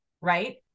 right